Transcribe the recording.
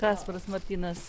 kasparas martynas